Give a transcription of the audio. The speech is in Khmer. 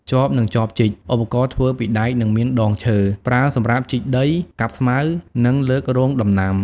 ចប និងចបជីក ឧបករណ៍ធ្វើពីដែក និងមានដងឈើ។ ប្រើសម្រាប់ជីកដី កាប់ស្មៅ និងលើករងដំណាំ។